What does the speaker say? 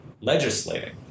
legislating